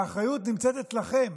והאחריות נמצאת אצלכם,